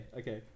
okay